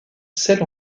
celle